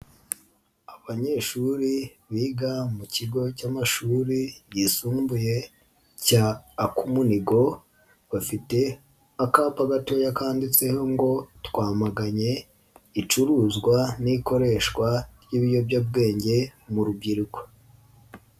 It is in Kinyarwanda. Abanyeshuri biga mu kigo cy'amashuri yisumbuye cya Akumunigo, bafite akapa gatoya kanditsweho ngo twamaganye icuruzwa n'ikoreshwa ry'ibiyobyabwenge mu rubyiruko.